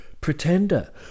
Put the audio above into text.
pretender